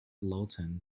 lawton